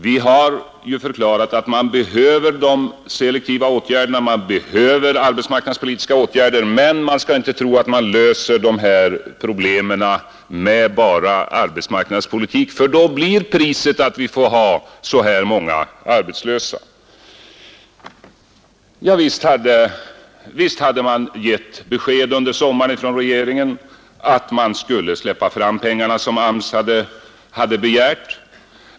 Vi har förklarat att man behöver selektiva åtgärder, vi behöver arbetsmarknadspolitiska åtgärder, men man skall inte tro att man löser dessa problem enbart med arbetsmarknadspolitik. Priset blir då att vi får många arbetslösa. Visst hade regeringen under sommaren givit besked om att den ämnade bevilja de pengar som AMS begärt.